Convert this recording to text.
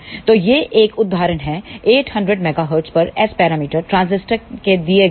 तो यह एक उदाहरण है 800 मेगाहर्ट्ज पर S पैरामीटर ट्रांजिस्टर के दिए गए हैं